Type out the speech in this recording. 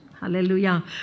hallelujah